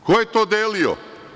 Ko je to delio?